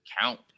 count